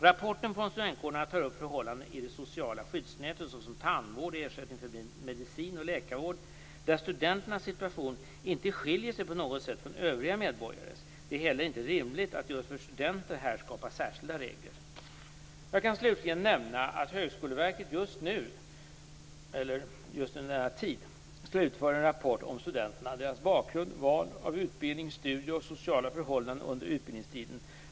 Rapporten från studentkårerna tar upp förhållanden i det sociala skyddsnätet, såsom tandvård, ersättning för medicin och läkarvård, där studenternas situation inte skiljer sig på något sätt från övriga medborgares. Det är heller inte rimligt att just för studenter skapa särskilda regler. Jag kan slutligen nämna att Högskoleverket just under denna tid slutför en rapport om studenterna, deras bakgrund, val av utbildning, studier och sociala förhållanden under utbildningstiden.